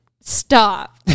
stop